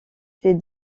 ces